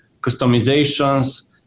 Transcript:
customizations